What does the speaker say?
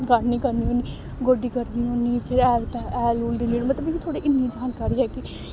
gardening करनी होन्नी गोड्डी करनी होन्नी फिर हैल हैल हूल दिन्नी होन्नी मतलब मिगी थोह्ड़ी इन्नी जानकारी ऐ कि